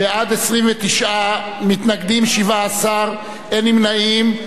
בעד, 29, מתנגדים, 17, אין נמנעים.